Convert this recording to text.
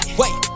wait